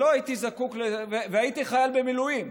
והייתי חייל במילואים,